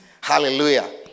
Hallelujah